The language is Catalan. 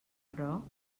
però